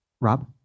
Rob